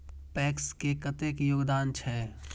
PACS के कतेक योगदान छै?